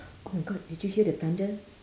oh my god did you hear the thunder